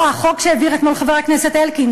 החוק שהעביר אתמול חבר הכנסת אלקין,